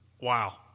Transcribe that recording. Wow